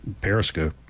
Periscope